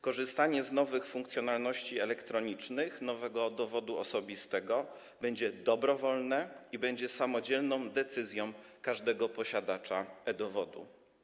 Korzystanie z nowych funkcjonalności elektronicznych nowego dowodu osobistego będzie dobrowolne i będzie samodzielną decyzją każdego posiadacza e-dowodu.